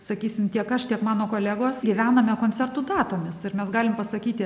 sakysim tiek aš tiek mano kolegos gyvename koncertų datomis ir mes galim pasakyti